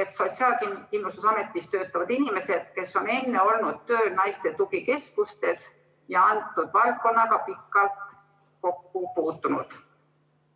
et Sotsiaalkindlustusametis töötavad inimesed, kes on enne olnud tööl naiste tugikeskustes ja antud valdkonnaga pikalt kokku puutunud.